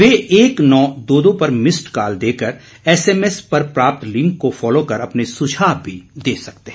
वे एक नौ दो दो पर मिस्ड कॉल देकर एसएमएस पर प्राप्त लिंक को फॉलो कर अपने सुझाव भी दे सकते हैं